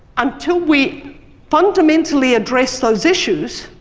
until we fundamentally address those issues,